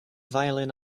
violin